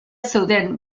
zeuden